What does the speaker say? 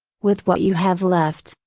with what you have left,